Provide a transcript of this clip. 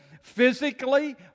physically